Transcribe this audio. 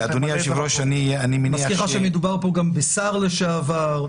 אני מזכיר לך שמדובר פה גם בשר לשעבר,